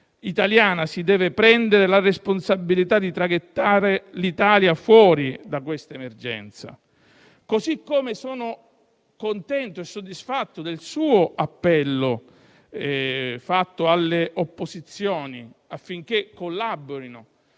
italiana si debba prendere la responsabilità di traghettare l'Italia fuori da questa emergenza. Sono, peraltro, contento e soddisfatto del suo appello fatto alle opposizioni affinché collaborino.